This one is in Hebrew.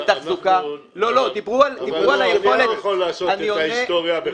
לתחזוקה --- אבל אני גם יכול לפרוס את ההיסטוריה בחזרה.